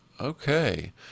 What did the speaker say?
Okay